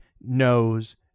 knows